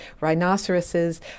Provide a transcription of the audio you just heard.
rhinoceroses